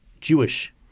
Jewish